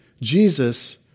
Jesus